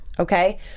okay